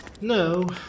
No